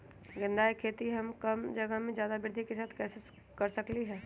गेंदा के खेती हम कम जगह में ज्यादा वृद्धि के साथ कैसे कर सकली ह?